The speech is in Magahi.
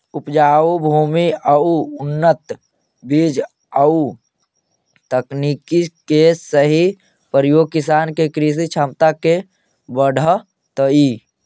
उपजाऊ भूमि आउ उन्नत बीज आउ तकनीक के सही प्रयोग किसान के कृषि क्षमता के बढ़ऽतइ